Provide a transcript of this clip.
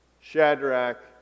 Shadrach